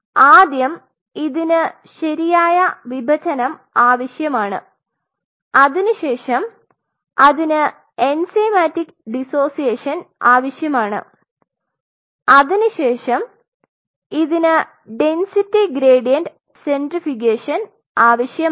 ആദ്യം ഇതിന് ശരിയായ വിഭജനം ആവശ്യമാണ് അതിനുശേഷം അതിന് എൻസൈമാറ്റിക് ഡിസോസിയേഷൻ ആവശ്യമാണ് അതിനുശേഷം ഇതിന് ഡെന്സിറ്റി ഗ്രേഡിയന്റ് സെൻട്രിഫ്യൂഗേഷൻ ആവശ്യമാണ്